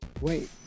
Wait